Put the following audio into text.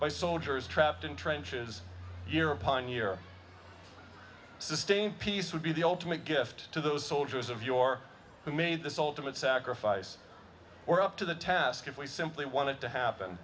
by soldiers trapped in trenches year upon year sustain peace would be the ultimate gift to those soldiers of your who made the ultimate sacrifice or up to the task if we simply want it to happen